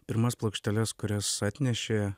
pirmas plokšteles kurias atnešė